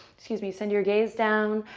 excuse me. send your gaze down.